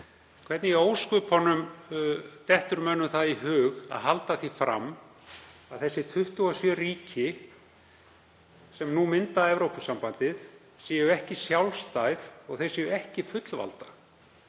Hvernig í ósköpunum dettur mönnum í hug að halda því fram að þau 27 ríki sem nú mynda Evrópusambandið séu ekki sjálfstæð og að þau séu ekki fullvalda,